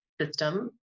system